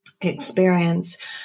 experience